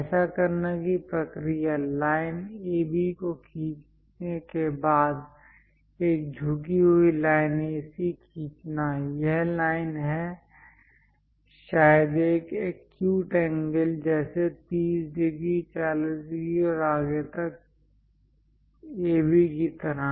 ऐसा करने की प्रक्रिया लाइन AB को खींचने के बाद एक झुकी हुई लाइन AC खींचना यह लाइन है शायद एक एक्यूट एंगल जैसे 30 डिग्री 40 डिग्री और आगे तक AB तक की तरह